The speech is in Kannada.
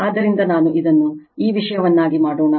ಆದ್ದರಿಂದ ನಾನು ಇದನ್ನು ಈ ವಿಷಯವನ್ನಾಗಿ ಮಾಡೋಣ